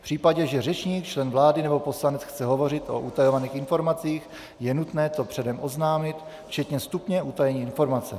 V případě, že řečník, člen vlády nebo poslanec, chce hovořit o utajovaných informacích je nutné to předem oznámit včetně stupně utajení informace.